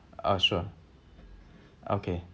uh sure okay